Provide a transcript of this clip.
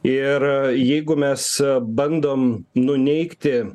ir jeigu mes bandom nuneigti